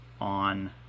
on